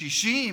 60?